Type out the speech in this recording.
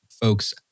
folks